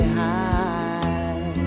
high